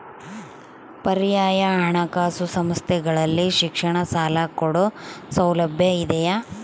ಪರ್ಯಾಯ ಹಣಕಾಸು ಸಂಸ್ಥೆಗಳಲ್ಲಿ ಶಿಕ್ಷಣ ಸಾಲ ಕೊಡೋ ಸೌಲಭ್ಯ ಇದಿಯಾ?